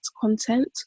content